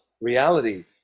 reality